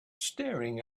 staring